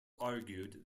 argued